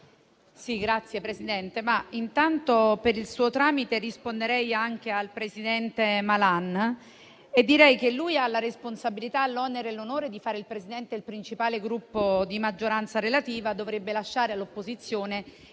Signor Presidente, per il suo tramite risponderei anche al presidente Malan e direi che lui ha la responsabilità, l'onere e l'onore di fare il Presidente del principale Gruppo di maggioranza relativa e dovrebbe lasciare all'opposizione il